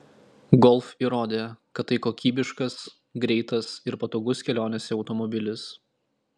golf įrodė kad tai kokybiškas greitas ir patogus kelionėse automobilis